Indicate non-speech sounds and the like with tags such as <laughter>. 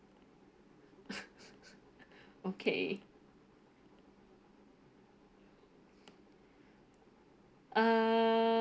<laughs> okay ah